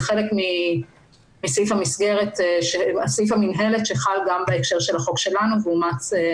חלק מסעיף המינהלת שחל גם בהקשר של החוק שלנו ואומץ.